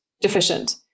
deficient